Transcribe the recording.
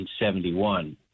1971